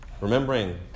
Remembering